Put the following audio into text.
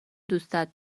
دوستت